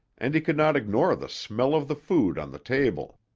and he could not ignore the smell of the food on the table.